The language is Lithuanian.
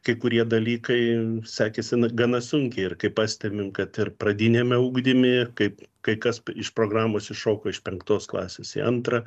kai kurie dalykai sekėsi gana sunkiai ir kaip pastebim kad ir pradiniame ugdyme kaip kai kas iš programos iššoko iš penktos klasės į antrą